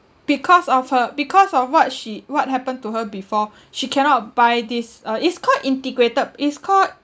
because of her because of what she what happened to her before she cannot buy this uh is called integrated is called